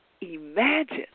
imagine